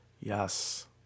yes